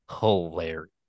hilarious